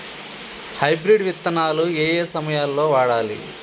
Hybrid విత్తనాలు ఏయే సమయాల్లో వాడాలి?